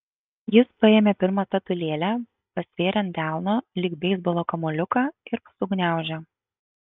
jis paėmė pirmą statulėlę pasvėrė ant delno lyg beisbolo kamuoliuką ir sugniaužė